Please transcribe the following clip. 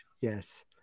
Yes